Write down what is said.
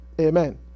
Amen